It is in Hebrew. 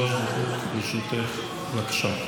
אני יודעת על זה.